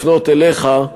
לפנות אליך,